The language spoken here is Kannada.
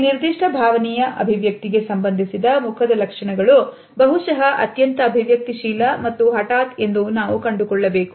ಈ ನಿರ್ದಿಷ್ಟ ಭಾವನೆಯ ಅಭಿವ್ಯಕ್ತಿಗೆ ಸಂಬಂಧಿಸಿದ ಮುಖದ ಲಕ್ಷಣಗಳು ಬಹುಶಃ ಅತ್ಯಂತ ಅಭಿವ್ಯಕ್ತಿಶೀಲ ಮತ್ತು ಹಠಾತ್ ಎಂದು ನಾವು ಕಂಡುಕೊಳ್ಳಬೇಕು